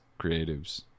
creatives